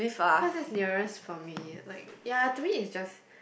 because that nearest from me like ya to me is just